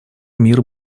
мир